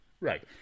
Right